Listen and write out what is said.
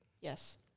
Yes